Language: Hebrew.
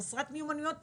חסרת מיומנויות בסיסיות.